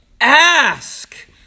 ask